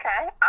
okay